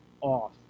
off